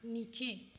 नीचे